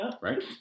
Right